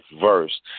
verse